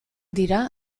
dira